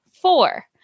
four